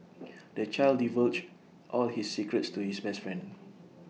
the child divulged all his secrets to his best friend